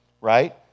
right